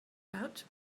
out